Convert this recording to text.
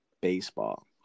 Baseball